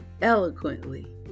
eloquently